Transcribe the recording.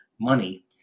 money